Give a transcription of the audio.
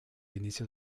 inicio